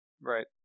Right